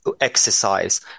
exercise